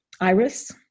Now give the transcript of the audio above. iris